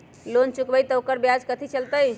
Loan चुकबई त ओकर ब्याज कथि चलतई?